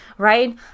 Right